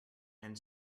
and